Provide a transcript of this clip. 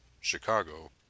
Chicago